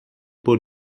por